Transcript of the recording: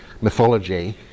mythology